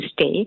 stay